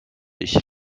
ich